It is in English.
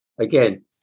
Again